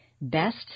best